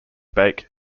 bake